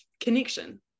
connection